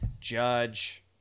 Judge